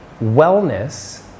wellness